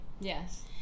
Yes